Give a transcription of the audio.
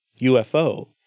UFO